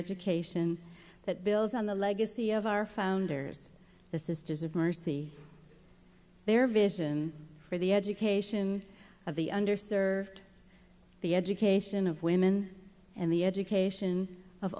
education that builds on the legacy of our founders the sisters of mercy their vision for the education of the under served the education of women and the education of